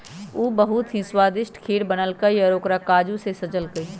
उ बहुत ही स्वादिष्ट खीर बनल कई और ओकरा काजू से सजल कई